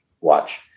watch